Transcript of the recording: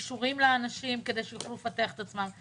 יכולות וכישורים לאנשים כדי שיוכלו לפתח את עצמם.